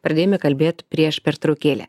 pradėjome kalbėt prieš pertraukėlę